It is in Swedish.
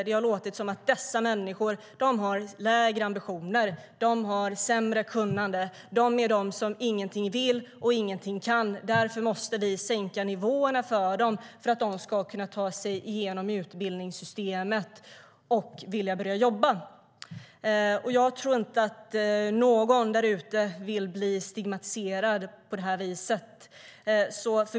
Det har låtit som om dessa människor har lägre ambitioner och sämre kunnande. De är de som ingenting vill och kan, och därför måste vi sänka nivåerna för dem för att de ska kunna ta sig igenom utbildningssystemet och vilja börja jobba. Jag tror inte att någon vill bli stigmatiserad på det viset.